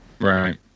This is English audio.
right